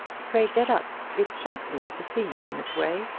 pray get up. it shocks me to see you in this way.